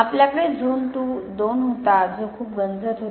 आपल्याकडे झोन २ होता जो खूप गंजत होता